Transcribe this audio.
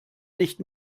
nicht